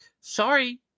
Sorry